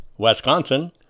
Wisconsin